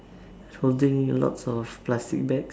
holding lots of plastic bags